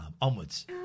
Onwards